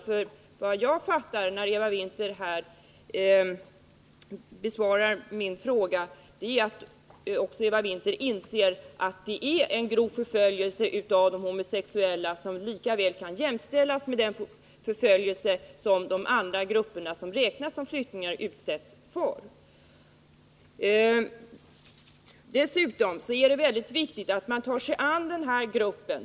Såvitt jag förstår, när Eva Winther besvarar min fråga, inser också Eva Winther att det är en grov förföljelse av homosexuella, som lika väl kan jämställas med den förföljelse som de andra grupperna — som räknas som flyktingar — utsätts för. Dessutom är det väldigt viktigt att man tar sig an den här gruppen.